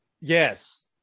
Yes